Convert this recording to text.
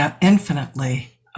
infinitely